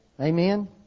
Amen